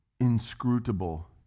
Inscrutable